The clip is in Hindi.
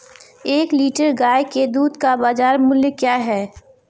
एक लीटर गाय के दूध का बाज़ार मूल्य क्या है?